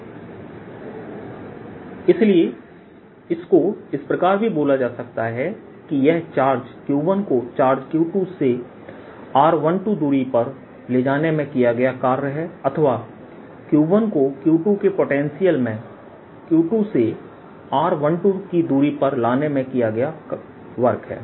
किया गया कार्यVQ1r12Q214π0Q1Q2r12VQ2r12Q1 इसलिए इसको इस प्रकार भी बोला जा सकता है कि यह चार्ज Q1 को चार्ज Q2 से r12 दूरी पर ले जाने में किया गया कार्य है अथवा Q1 को Q2 के पोटेंशियल में Q2 से r12 की दूरी पर लाने में किया गया वर्क है